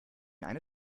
eine